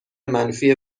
منفی